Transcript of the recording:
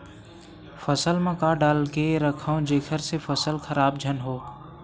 फसल म का डाल के रखव जेखर से फसल खराब झन हो?